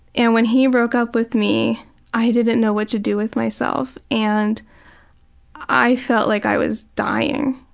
and when he broke up with me i didn't know what to do with myself and i felt like i was dying.